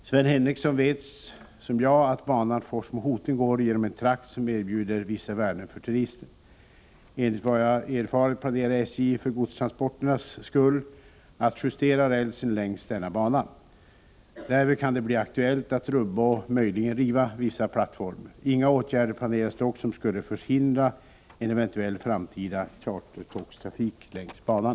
Sven Henricsson vet som jag att banan Forsmo-Hoting går genom en trakt som erbjuder vissa värden för turister. Enligt vad jag erfarit planerar SJ för godstransporternas skull att justera rälsen längs denna bana. Därvid kan det bli aktuellt att rubba och möjligen riva vissa plattformar. Inga åtgärder planeras dock som skulle förhindra en eventuell framtida chartertågstrafik längs banan.